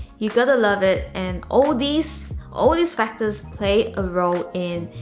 you've got to love it and all these, all these factors play a role in,